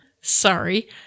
Sorry